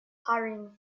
hurrying